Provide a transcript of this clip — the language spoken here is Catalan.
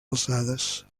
alçades